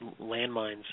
landmines